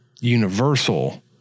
universal